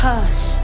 Hush